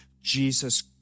Jesus